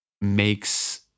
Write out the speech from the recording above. makes